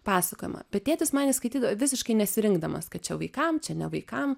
pasakojimą bet tėtis man jas skaityda visiškai nesirinkdamas kad čia vaikam čia ne vaikam